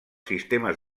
sistemes